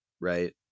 right